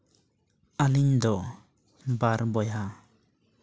ᱟᱞᱤᱧ ᱫᱚ ᱵᱟᱨ ᱵᱚᱭᱦᱟ